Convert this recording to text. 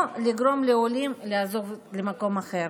או לגרום לעולים לעזוב למקום אחר.